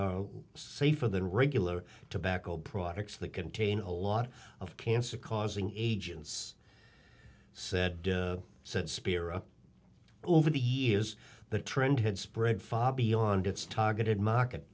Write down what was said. are safer than regular tobacco products that contain a lot of cancer causing agents said spear up over the years the trend had spread far beyond its targeted market